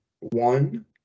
one